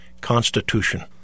constitution